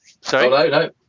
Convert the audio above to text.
sorry